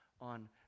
on